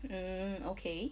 mm okay